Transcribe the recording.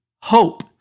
hope